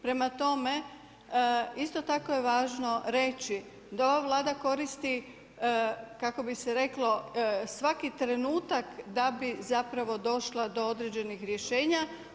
Prema tome, isto tako je važno reći da ova Vlada koristi kako bi se reklo, svaki trenutak da bi zapravo došla do određenih rješenja.